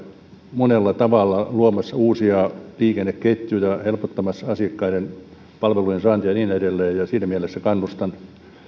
monella tavalla luomassa uusia liikenneketjuja helpottamassa asiakkaiden palveluiden saantia ja niin edelleen ja siinä mielessä kannustan